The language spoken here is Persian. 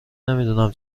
نمیدونم